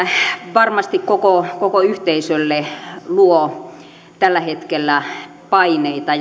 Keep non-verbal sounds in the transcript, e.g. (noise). varmasti koko koko yhteisölle luo tällä hetkellä paineita (unintelligible)